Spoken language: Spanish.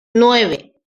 nueve